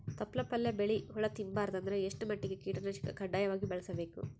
ತೊಪ್ಲ ಪಲ್ಯ ಬೆಳಿ ಹುಳ ತಿಂಬಾರದ ಅಂದ್ರ ಎಷ್ಟ ಮಟ್ಟಿಗ ಕೀಟನಾಶಕ ಕಡ್ಡಾಯವಾಗಿ ಬಳಸಬೇಕು?